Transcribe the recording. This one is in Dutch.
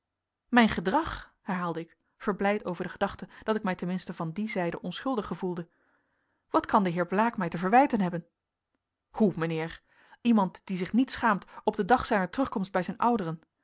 mijn gedrag herhaalde ik verblijd over de gedachte dat ik mij ten minste van die zijde onschuldig gevoelde wat kan de heer blaek mij te verwijten hebben hoe mijnheer iemand die zich niet schaamt op den dag zijner terugkomst bij zijn ouderen